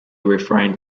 refrain